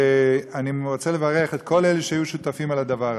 אני רוצה לברך את כל אלה שהיו שותפים לדבר הזה,